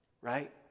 right